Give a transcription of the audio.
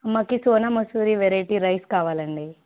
మాకు Sona Masuri variety rice కావాలండి